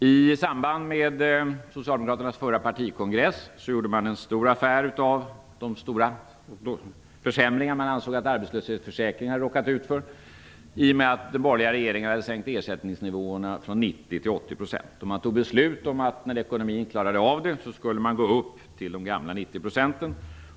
I samband med socialdemokraternas förra partikongress gjorde man en stor affär av de omfattande försämringar som man ansåg hade genomförts i arbetslöshetsförsäkringen i och med att den borgerliga regeringen hade sänkt ersättningsnivåerna från 90 % till 80 %. Man fattade beslut om att när ekonomin tillät det skulle man återinföra den gamla 90 procentsnivån.